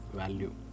value